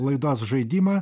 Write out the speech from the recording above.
laidos žaidimą